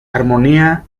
armonía